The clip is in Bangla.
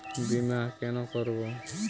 বিমা কেন করব?